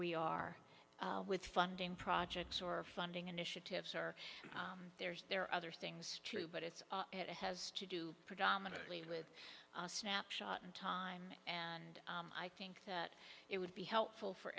we are with funding projects or funding initiatives or there's there are other things too but it's it has to do predominately with a snapshot in time and i think that it would be helpful for